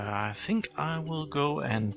i think i will go and